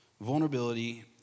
vulnerability